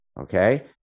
okay